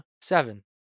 seven